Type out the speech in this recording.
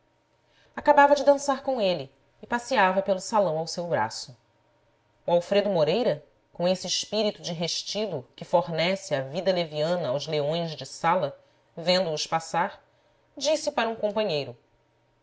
acabava de dançar com ele e passeava pelo salão ao seu braço o alfredo moreira com esse espírito de restilo que fornece a vida leviana aos leões de sala vendo-os passar disse para um companheiro